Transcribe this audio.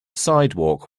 sidewalk